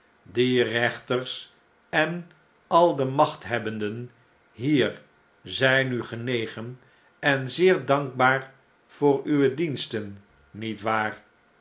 die rechters en al de machthebbenden hier zyn u genegen en zeer dankbaar voor uwe diensten niet waar